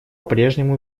прежнему